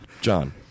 John